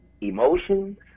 emotions